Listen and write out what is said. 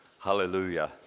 Hallelujah